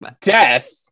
Death